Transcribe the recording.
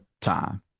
time